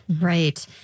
Right